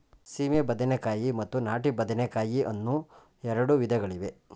ಸೀಮೆ ಬದನೆಕಾಯಿ ಮತ್ತು ನಾಟಿ ಬದನೆಕಾಯಿ ಅನ್ನೂ ಎರಡು ವಿಧಗಳಿವೆ